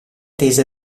tese